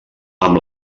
amb